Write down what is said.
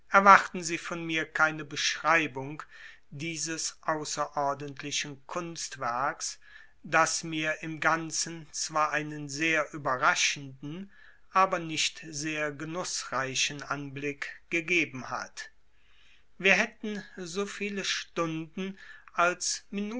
erwarten sie von mir keine beschreibung dieses außerordentlichen kunstwerks das mir im ganzen zwar einen sehr überraschenden aber nicht sehr genußreichen anblick gegeben hat wir hätten so viele stunden als